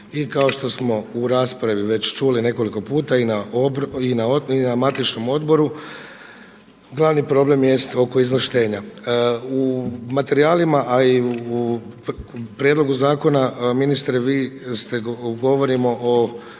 I kao što smo u raspravi već čuli nekoliko puta i na odboru matičnom, glavni problem jest oko izvlaštenja. U materijalima, a i u prijedlogu zakona ministre govorimo o